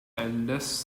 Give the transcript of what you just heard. eldest